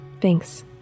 Thanks